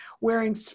wearing